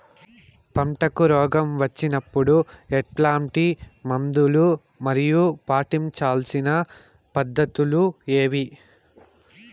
పంటకు రోగం వచ్చినప్పుడు ఎట్లాంటి మందులు మరియు పాటించాల్సిన పద్ధతులు ఏవి?